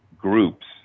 groups